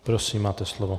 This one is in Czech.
Prosím, máte slovo.